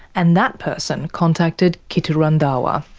and that person contacted kittu randhawa.